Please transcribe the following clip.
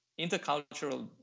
intercultural